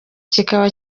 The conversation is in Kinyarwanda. kikaba